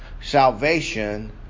Salvation